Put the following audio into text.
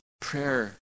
Prayer